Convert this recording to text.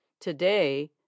Today